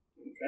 Okay